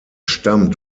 stammt